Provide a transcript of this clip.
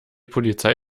polizei